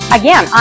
again